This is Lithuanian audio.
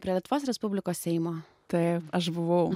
prie lietuvos respublikos seimo taip aš buvau